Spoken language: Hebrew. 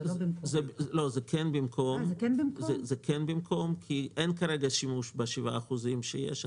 זה כן במקום כי אין כרגע שימוש ב-7% שיש.